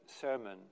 sermon